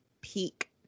peak